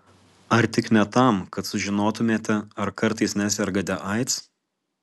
ar tik ne tam kad sužinotumėte ar kartais nesergate aids